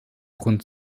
rund